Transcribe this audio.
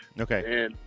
Okay